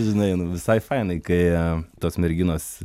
žinai nu visai fainai kai tos merginos